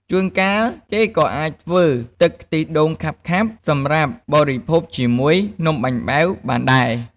ជួនកាល គេក៏អាចធ្វើទឹកខ្ទិះដូងខាប់ៗសម្រាប់បរិភោគជាមួយនំបាញ់បែវបានដែរ។